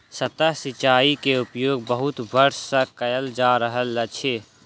सतह सिचाई के उपयोग बहुत वर्ष सँ कयल जा रहल अछि